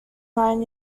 nine